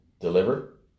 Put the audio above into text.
deliver